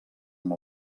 amb